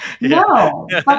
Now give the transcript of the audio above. No